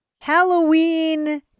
Halloween